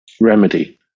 remedy